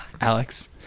Alex